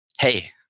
Hey